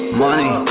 money